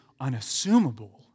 unassumable